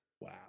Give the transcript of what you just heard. wow